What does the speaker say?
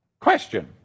Question